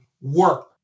work